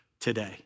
today